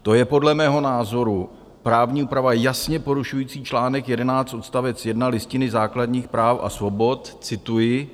To je podle mého názoru právní úprava jasně porušující čl. 11 odst. 1 Listiny základních práv a svobod cituji: